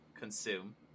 Consume